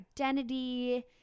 identity